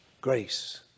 Grace